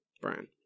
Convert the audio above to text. brian